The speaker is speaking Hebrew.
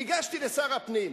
ניגשתי לשר הפנים,